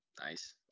Nice